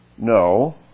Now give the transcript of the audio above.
No